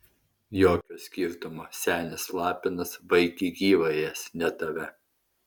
jokio skirtumo senis lapinas vaikį gyvą ės ne tave